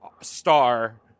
star